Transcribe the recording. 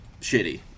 shitty